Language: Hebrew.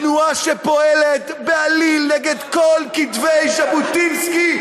תנועה שפועלת בעליל נגד כל כתבי ז'בוטינסקי,